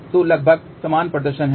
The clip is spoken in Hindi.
तो लगभग समान प्रदर्शन है